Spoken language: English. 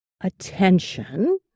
attention